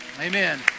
Amen